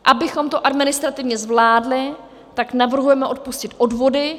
Abychom to administrativně zvládli, tak navrhujeme odpustit odvody.